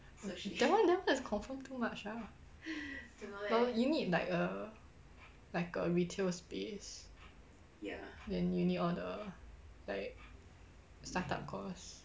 that one that one is confirm too much ah you need like a like a retail space then you need all the like start up costs